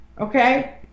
okay